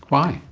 why?